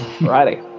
Righty